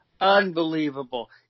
Unbelievable